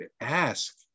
ask